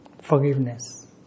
forgiveness